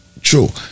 True